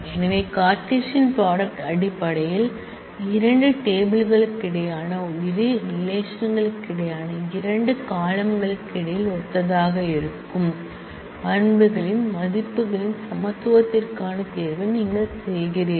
எனவே Cartesian product அடிப்படையில் இரண்டு டேபிள் களுக்கிடையேயான இரு ரிலேஷன்கிடையேயான இரண்டு காலம்ன் களுக்கு இடையில் ஐடெண்டிகளாக இருக்கும் செலெக்சனை நீங்கள் செய்கிறீர்கள்